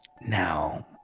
now